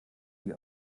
die